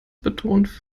betont